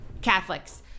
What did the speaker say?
Catholics